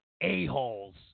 a-holes